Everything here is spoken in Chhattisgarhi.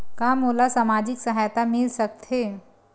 का मोला सामाजिक सहायता मिल सकथे?